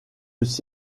est